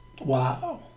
Wow